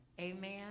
amen